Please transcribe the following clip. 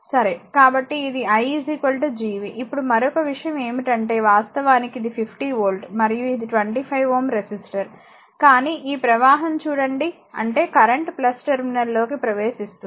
కాబట్టి ఇది i Gv ఇప్పుడు మరొక విషయం ఏమిటంటే వాస్తవానికి ఇది 50 వోల్ట్ మరియు ఇది 25 Ω రెసిస్టర్ కానీ ఈ ప్రవాహం చూడండి అంటే కరెంట్ టెర్మినల్ లోకి ప్రవేశిస్తుంది